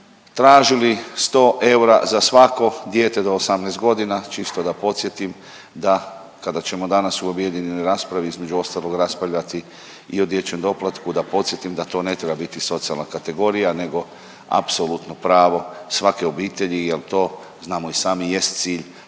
tražili 100 eura za svako dijete do 18 godina. Čisto da podsjetim da kada ćemo danas u objedinjenoj raspravi između ostaloga raspravljati i o dječjem doplatku, da podsjetim da to ne treba biti socijalna kategorija nego apsolutno pravo svake obitelji jer to znamo i sami jest cilj